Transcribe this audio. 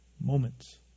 moments